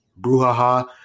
brouhaha